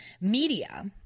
media